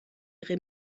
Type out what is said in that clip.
ihre